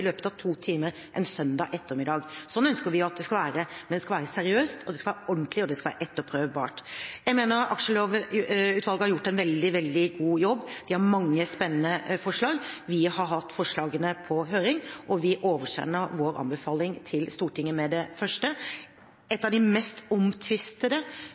i løpet av to timer en søndag ettermiddag. Slik ønsker vi at det skal være. Det skal være seriøst, det skal være ordentlig, og det skal være etterprøvbart. Jeg mener at Aksjelovutvalget har gjort en veldig, veldig god jobb, de har mange spennende forslag. Vi har hatt forslagene på høring, og vi oversender vår anbefaling til Stortinget med det første. Et av de mest omtvistede